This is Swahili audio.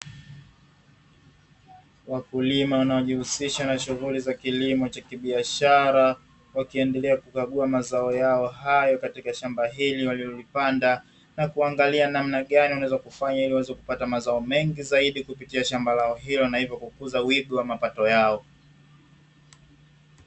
Wakulima wanaojihusisha na shughuli za kilimo cha kibiashara, wakiendelea kukagua mazao yao hayo katika shamba hili walilolipanda na kuangalia namna gani wanaweza kufanya ili waweze kupata mazao mengi zaidi, kupitia shamba lao hilo na hivyo kukuza wigo wa mapato yao.